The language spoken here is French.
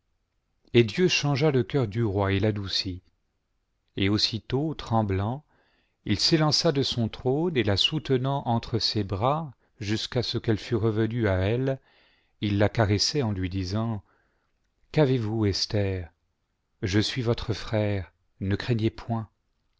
et dieu changea le cœur du roi et l'adoucit et aussitôt tremblant il s'élança de son trône et la soutenant entre ses bras jusqu'à ce qu'elle fût revenue à elle il la caressait en lui disant qu'avez-vous esther je suis votre frère ne craignez point